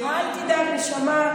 אל תדאג, נשמה.